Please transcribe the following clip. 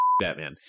Batman